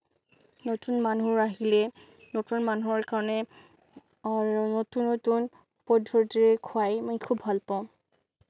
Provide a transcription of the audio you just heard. নতুন মানুহবোৰ আহিলে নতুন মানুহৰ কাৰণে আৰু নতুন নতুন পদ্ধতিৰে খুৱাই মই খুউব ভাল পাওঁ